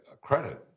credit